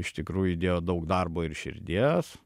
iš tikrųjų įdėjo daug darbo ir širdies